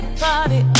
party